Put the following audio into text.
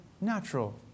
natural